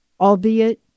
albeit